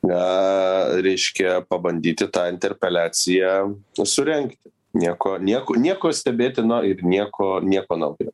a reiškia pabandyti tą interpeliaciją surengti nieko niekur nieko stebėtino ir nieko nieko naujo